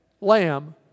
lamb